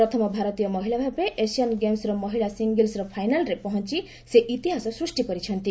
ପ୍ରଥମ ଭାରତୀୟ ମହିଳା ଭାବେ ଏସିଆନ୍ ଗେମ୍ସ୍ର ମହିଳା ସିଙ୍ଗଲ୍ସ୍ର ଫାଇନାଲ୍ରେ ପହଞ୍ଚ ସେ ଇତିହାସ ସୃଷ୍ଟି କରିଛନ୍ତି